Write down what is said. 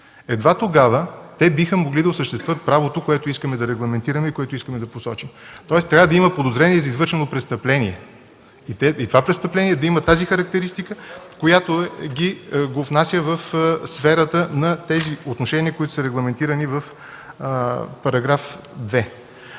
Едва тогава те биха могли да осъществят правото, което искаме да регламентираме и което искаме да посочим. Тоест трябва да има подозрение за извършено престъпление и това престъпление да има тази характеристика, която го внася в сферата на отношенията, които са регламентирани в § 2.